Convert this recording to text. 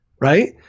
right